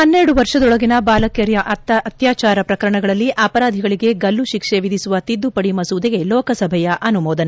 ಪನ್ನೆರಡು ವರ್ಷದೊಳಗಿನ ಬಾಲಕಿಯರ ಆತ್ಲಾಚಾರ ಪ್ರಕರಣಗಳಲ್ಲಿ ಅಪರಾಧಿಗಳಿಗೆ ಗಲ್ಲುಶಿಕ್ಷೆ ವಿಧಿಸುವ ತಿದ್ಲುಪಡಿ ಮಸೂದೆಗೆ ಲೋಕಸಭೆಯ ಅನುಮೋದನೆ